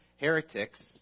heretics